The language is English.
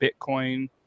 Bitcoin